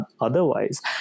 otherwise